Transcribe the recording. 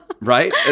Right